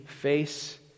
face